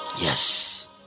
yes